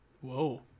Whoa